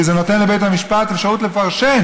כי זה נותן לבית המשפט אפשרות לפרשן,